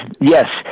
yes